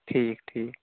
ٹھیٖک ٹھیٖک